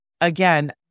again